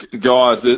Guys